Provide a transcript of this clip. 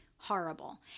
Horrible